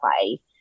play